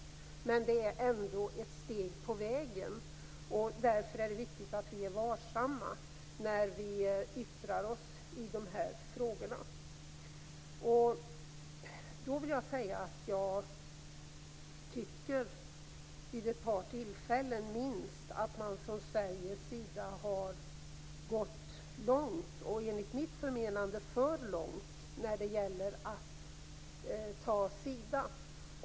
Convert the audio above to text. Men det är ändå ett steg på vägen. Därför är det viktigt att vi är varsamma när vi yttrar oss i de här frågorna. Då vill jag säga att jag tycker att man vid minst ett par tillfällen från Sveriges sida har gått långt, enligt mitt förmenande för långt, när det gäller att välja sida.